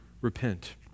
repent